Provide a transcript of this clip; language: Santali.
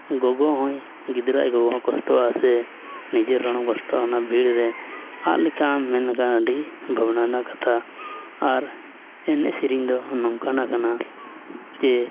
ᱜᱚᱜᱚ ᱦᱚᱸᱭ ᱜᱤᱫᱽᱨᱟᱹ ᱟᱡ ᱜᱚᱜᱚ ᱦᱚᱸᱭ ᱠᱚᱥᱴᱚᱜ ᱟᱥᱮ ᱱᱤᱡᱮ ᱦᱚᱲ ᱦᱚᱢ ᱠᱚᱥᱴᱚᱜᱼᱟ ᱩᱱᱟᱹᱜ ᱵᱷᱤᱲ ᱨᱮ ᱟᱫ ᱞᱮᱱᱠᱷᱟᱱ ᱢᱮᱱᱞᱠᱷᱟᱱ ᱟᱹᱰᱤ ᱵᱷᱟᱵᱱᱟ ᱨᱮᱱᱟᱜ ᱠᱟᱛᱷᱟ ᱟᱨ ᱮᱱᱮᱡ ᱥᱮᱨᱮᱧ ᱫᱚ ᱱᱚᱝᱠᱟᱱᱟᱜ ᱠᱟᱱᱟ ᱪᱮ